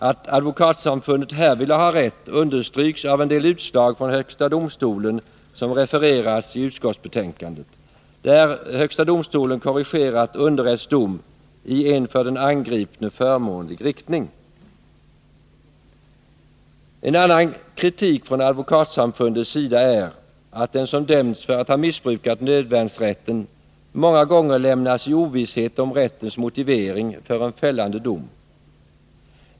Att Advokatsamfundet härvidlag har rätt understryks av en del utslag från högsta domstolen som refererats i utskottsbetänkandet, där HD korrigerat underrätts dom i en för den angripne förmånlig riktning. En annan kritik från Advokatsamfundets sida är att den som dömts för att ha missbrukat nödvärnsrätten många gånger lämnas i ovisshet om rättens motivering för en fällande dom.